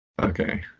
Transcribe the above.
Okay